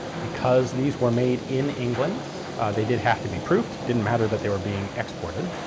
because these were made in england they did have to be proofed. didn't matter that they were being exported.